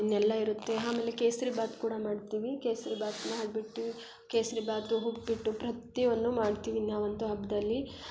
ಇನ್ನೆಲ್ಲ ಇರುತ್ತೆ ಆಮೇಲೆ ಕೇಸರಿ ಭಾತ್ ಕೂಡ ಮಾಡ್ತೀವಿ ಕೇಸರಿ ಭಾತ್ ಮಾಡ್ಬಿಟ್ಟು ಕೇಸರಿ ಭಾತು ಉಪ್ಪಿಟ್ಟು ಪ್ರತಿಯೊಂದನ್ನೂ ಮಾಡ್ತೀವಿ ನಾವಂತೂ ಹಬ್ಬದಲ್ಲಿ